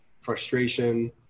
frustration